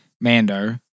Mando